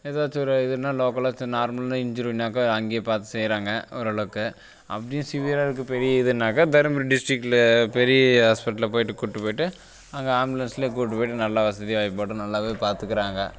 ஏதாச்சும் ஒரு இதுனா லோக்கலா சி நார்மலான இன்ஜுரினாக்கா அங்கேயே பார்த்து செய்கிறாங்க ஓரளவுக்கு அப்படியும் சிவியரா இருக்குது பெரிய இதுனாக்கா தருமபுரி டிஸ்டிக்கில் பெரிய ஆஸ்பிட்டலா போயிட்டு கூப்பிட்டு போயிட்டு அங்கே ஆம்புலன்ஸ்லே கூப்பிட்டு போயிட்டு நல்லா வசதி வாய்ப்போட நல்லாவே பார்த்துக்குறாங்க